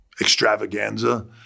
extravaganza